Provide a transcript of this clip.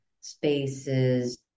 spaces